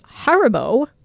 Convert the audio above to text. Haribo